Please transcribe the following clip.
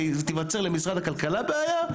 ותיווצר למשרד הכלכלה בעיה,